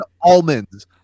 almonds